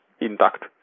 intact